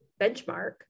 benchmark